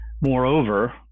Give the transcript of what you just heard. Moreover